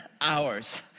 hours